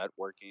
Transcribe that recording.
networking